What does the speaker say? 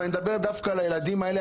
אבל אני מדבר דווקא על הילדים האלה,